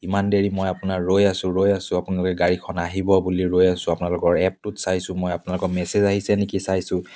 ইমান দেৰি মই আপোনাৰ ৰৈ আছোঁ ৰৈ আছোঁ আপোনালোকে গাড়িখন আহিব বুলি ৰৈ আছোঁ আপোনালোকৰ এপটোত চাইছোঁ মই আপোনালোকৰ মেছেজ আহিছে নেকি চাইছোঁ